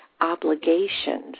obligations